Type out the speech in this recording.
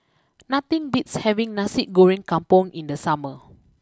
nothing beats having Nasi Goreng Kampung in the summer